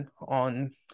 on